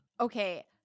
okay